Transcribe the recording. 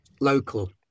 local